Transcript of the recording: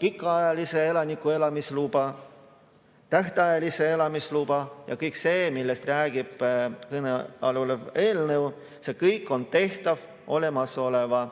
pikaajalist elaniku elamisluba ja tähtajalist elamisluba. Kõik see, millest räägib kõne all olev eelnõu, on tehtav olemasoleva